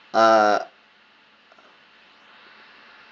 uh